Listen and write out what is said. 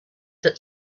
that